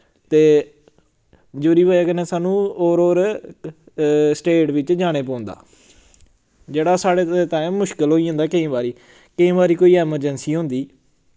ते जुदी बजह कन्नै सानूं होर होर स्टेट बिच्च जाने पौंदा जेह्ड़ा साढ़े ताईं मुश्कल होई जंदा केईं बारी केईं बारी कोई एमर्जेन्सी होंदी